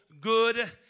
good